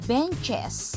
Benches